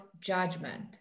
judgment